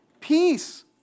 Peace